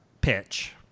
pitch